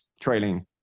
trailing